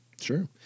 Sure